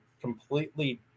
completely